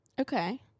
Okay